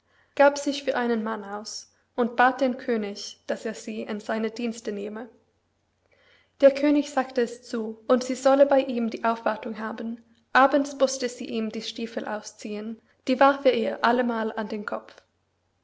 gab sich für einen mann aus und bat den könig daß er sie in seine dienste nehme der könig sagte es zu und sie solle bei ihm die aufwartung haben abends mußte sie ihm die stiefel ausziehen die warf er ihr allemal an den kopf